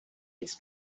its